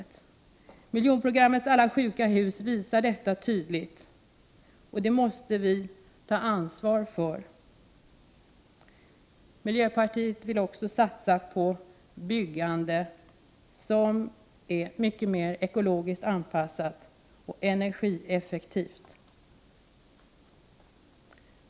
Detta visas tydligt av miljonprogrammets alla sjuka hus, något som vi måste ta ansvar för. Miljöpartiet vill också satsa på ett byggande som är mycket mer ekologiskt anpassat och energieffektivt.